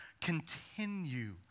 Continue